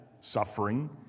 suffering